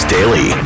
Daily